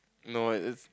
no eh it's